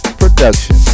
production